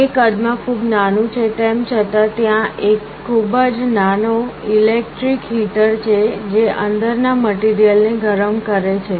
તે કદ માં ખૂબ નાનું છે તેમ છતાં ત્યાં એક ખૂબ જ નાનો ઇલેક્ટ્રિક હીટર છે જે અંદર ના મટીરીઅલને ગરમ કરે છે